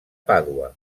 pàdua